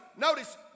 notice